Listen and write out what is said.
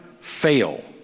fail